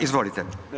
Izvolite.